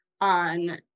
on